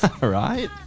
right